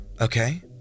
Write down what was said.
okay